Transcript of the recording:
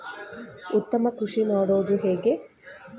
ಉತ್ತಮ ಕೃಷಿ ಮಾಡುವುದು ಹೇಗೆ?